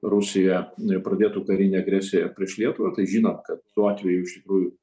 rusija pradėtų karinę agresiją prieš lietuvą tai žinom kad tuo atveju iš tikrųjų